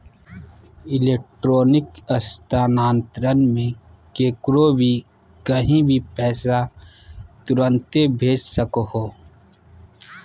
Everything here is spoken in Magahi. इलेक्ट्रॉनिक स्थानान्तरण मे केकरो भी कही भी पैसा तुरते भेज सको हो